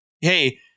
hey